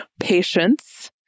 patience